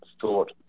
thought